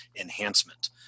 enhancement